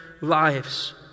lives